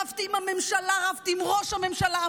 רבתי עם הממשלה, רבתי עם ראש הממשלה.